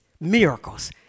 miracles